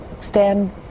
stand